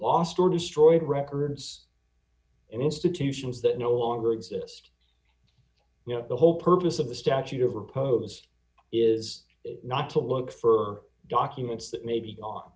lost or destroyed records in institutions that no longer exist you know the whole purpose of the statute of repose is d not to look for documents that may be on